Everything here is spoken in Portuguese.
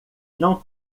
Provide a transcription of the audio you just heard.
não